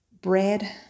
bread